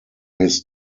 his